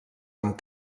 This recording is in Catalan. amb